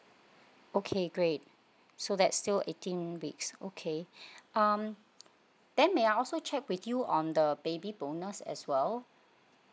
okay great so that's still eighteen weeks okay um then may I also check with you on the baby bonus as well